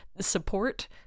support